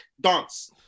dance